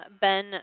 Ben